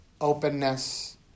openness